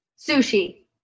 Sushi